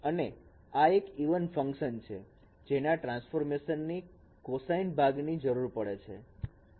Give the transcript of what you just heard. અને આ એક ઈવન ફંકશન છે જેના ટ્રાન્સફોર્મેશન ની કોસાઈન ભાગ ની જરૂર પડે છે